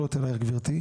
שאלות אליך גברתי.